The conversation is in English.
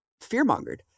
fear-mongered